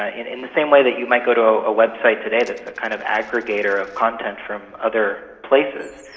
ah in in the same way that you might go to ah a website today that's a kind of aggregator of content from other places,